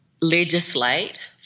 legislate